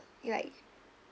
like